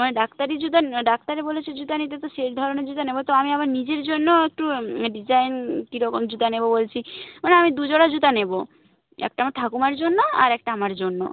মানে ডাক্তারি জুতো ডাক্তারে বলেছে জুতো নিতে তো সেই ধরনের জুতো নেব তো আমি আমার নিজের জন্যও একটু ডিজাইন কীরকম জুতো নেব বলছি মানে আমি দুজোড়া জুতো নেব একটা আমার ঠাকুমার জন্য আর একটা আমার জন্য